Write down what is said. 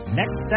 next